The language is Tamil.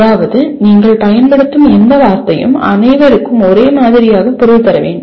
அதாவது நீங்கள் பயன்படுத்தும் எந்த வார்த்தையும் அனைவருக்கும் ஒரே மாதிரியாக பொருள் தர வேண்டும்